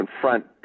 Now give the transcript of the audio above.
confront